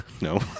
no